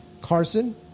Carson